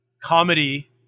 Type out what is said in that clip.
comedy